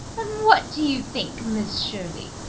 and what do you think, miss shirley?